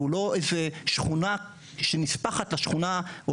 והוא לא איזו שכונה שנספחת לשכונה או